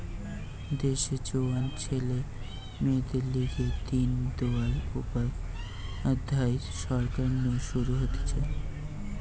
দেশের জোয়ান ছেলে মেয়েদের লিগে দিন দয়াল উপাধ্যায় সরকার নু শুরু হতিছে